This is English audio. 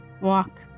walk